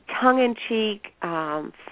tongue-in-cheek